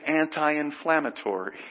anti-inflammatory